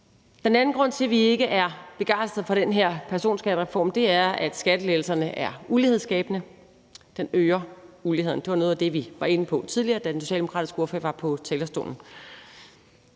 Den anden grund til, at vi ikke er begejstrede for den her personskattereform, er, at skattelettelserne er ulighedsskabende; de øger uligheden. Det var noget af det, vi var inde på tidligere, da den socialdemokratiske ordfører var på talerstolen.